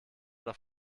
doch